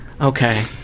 okay